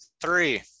Three